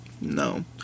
No